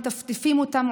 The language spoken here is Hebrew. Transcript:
מטפטפים אותם,